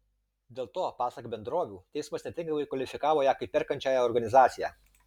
dėl to pasak bendrovių teismas netinkamai kvalifikavo ją kaip perkančiąją organizaciją